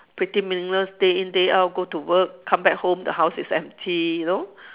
pretty meaningless day in day out go to work come back home the house is empty you know